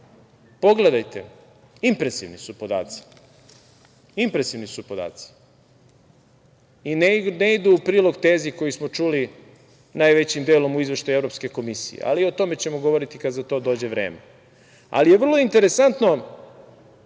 pogledajte, impresivni su podaci. Ne idu u prilog tezi koju smo čuli najvećim delom u izveštaju Evropske komisije, ali o tome ćemo govoriti kada za to dođe vreme. Ali, vrlo je interesantno